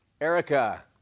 Erica